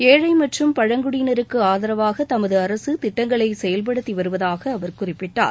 ஏழை மற்றும் பழங்குடியினருக்கு ஆதரவாக தமது அரசு திட்டங்களை செயல்படுத்தி வருவதாக அவர் குறிப்பிட்டார்